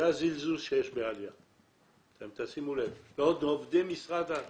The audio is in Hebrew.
זה הזלזול שיש בעלייה - אתם תשימו לב - ועוד עובדי משרד הקליטה.